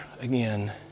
again